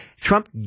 Trump